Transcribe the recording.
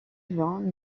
vin